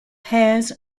hairs